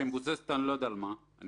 שאני לא יודע על מה היא מבוססת,